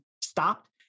stopped